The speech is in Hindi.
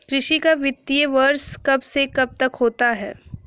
कृषि का वित्तीय वर्ष कब से कब तक होता है?